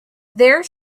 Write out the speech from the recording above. there